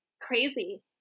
crazy